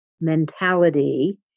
mentality